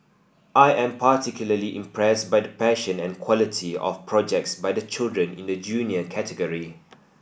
I am particularly impressed by the passion and quality of projects by the children in the Junior category